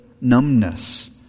numbness